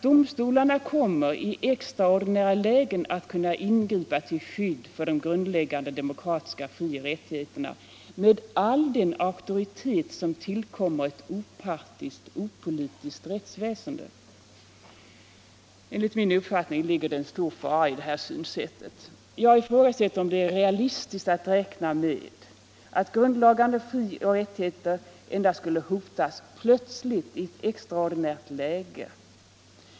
Domstolarna kommer, heter det, ”i extraordinära lägen att kunna ingripa till skydd för de grundläggande demokratiska frioch rättigheterna med all den auktoritet som tillkommer ett opartiskt, opolitiskt rättsväsen”. Enligt min uppfattning ligger det en stor fara i det synsättet. Jag ifrågasätter om det är realistiskt att räkna med att grundläggande frioch rättigheter endast skulle hotas plötsligt i ett extraordinärt läge.